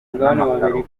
n’amakaro